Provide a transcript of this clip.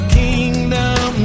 kingdom